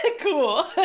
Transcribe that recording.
Cool